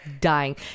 dying